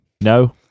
No